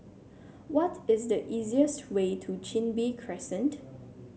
what is the easiest way to Chin Bee Crescent